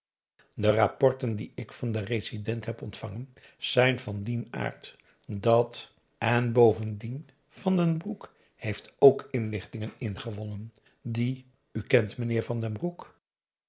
de rapporten die ik van den resident heb ontvangen zijn van dien aard dat en bovendien van den broek heeft ook inlichtingen ingewonnen die u kent meneer van den broek